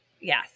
Yes